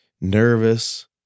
nervous